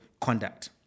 conduct